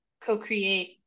co-create